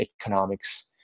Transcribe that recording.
economics